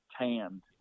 tanned